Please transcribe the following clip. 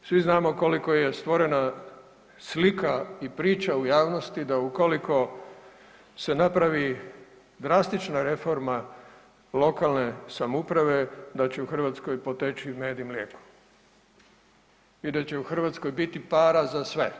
Svi znamo koliko je stvorena slika i priča u javnosti da ukoliko se napravi drastična reforma lokalne samouprave da će u Hrvatskoj poteći med i mlijeko i da će u Hrvatskoj biti para za sve.